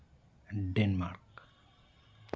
Denmark